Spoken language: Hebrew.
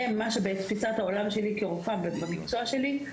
ולפי תפיסת העולם שלי כרופאה במקצוע שלי,